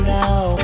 now